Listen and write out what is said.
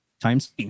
times